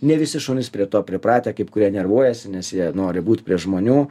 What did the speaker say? ne visi šunys prie to pripratę kaip kurie nervuojasi nes jie nori būt prie žmonių